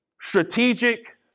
strategic